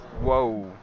Whoa